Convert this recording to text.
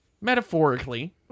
Metaphorically